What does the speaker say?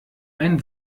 ein